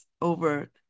over